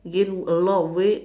gain a lot of weight